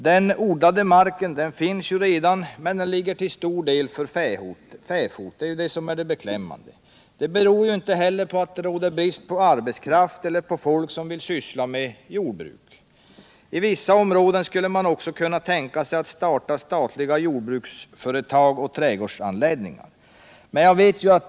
Den odlade marken finns redan, men den ligger till stor del för fäfot — och det är beklämmande. Det beror inte heller på brist på arbetskraft eller folk som vill syssla med jordbruk. I vissa områden skulle man kunna tänka sig att starta statliga jord bruksföretag och trädgårdsanläggningar.